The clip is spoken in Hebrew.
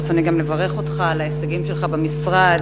ברצוני גם לברך אותך על ההישגים שלך במשרד.